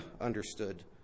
understood